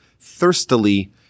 thirstily